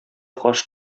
каш